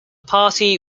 party